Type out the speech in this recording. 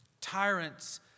Tyrants